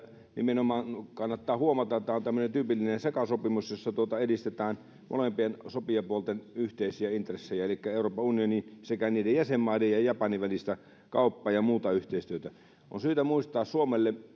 nimenomaan kannattaa huomata että tämä on tämmöinen tyypillinen sekasopimus jossa edistetään molempien sopijapuolten yhteisiä intressejä elikkä euroopan unionin sekä niiden jäsenmaiden ja japanin välistä kauppaa ja muuta yhteistyötä on syytä muistaa